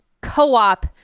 co-op